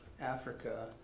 africa